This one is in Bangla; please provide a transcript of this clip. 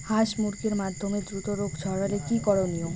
হাস মুরগির মধ্যে দ্রুত রোগ ছড়ালে কি করণীয়?